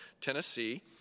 Tennessee